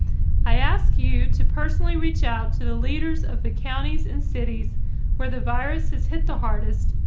i asked you to personally reach out to the leaders of the counties and cities where the virus has hit the hardest.